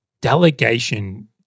delegation